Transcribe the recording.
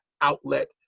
outlet